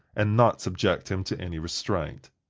and not subject him to any restraint.